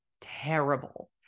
terrible